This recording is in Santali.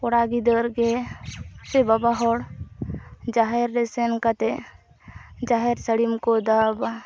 ᱠᱚᱲᱟ ᱜᱤᱫᱟᱹᱨᱜᱮ ᱥᱮ ᱵᱟᱵᱟᱦᱚᱲ ᱡᱟᱦᱮᱨ ᱨᱮ ᱥᱮᱱ ᱠᱟᱛᱮ ᱡᱟᱦᱮᱨ ᱥᱟᱹᱲᱤᱢᱠᱚ ᱫᱟᱵᱽᱼᱟ